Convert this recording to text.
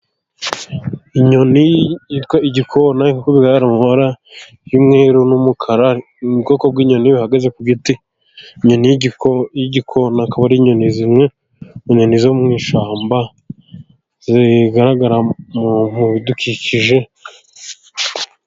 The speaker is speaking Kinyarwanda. Inyoni yitwa igikona, nkuko bigaragara mu mabara y'umweruru n'umukara, ni mu bwoko bw'inyoni zihagaze ku giti, inyoni y'igikona akaba ari inyoni zimwe mu nyoni zo mu ishamba, zigaragara mu bidukikije.